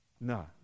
no